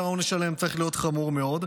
שהעונש שלהם צריך להיות חמור מאוד,